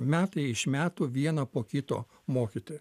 metai iš metų vieną po kito mokyti